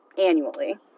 annually